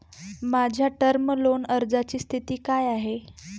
माझ्या term loan अर्जाची स्थिती काय आहे?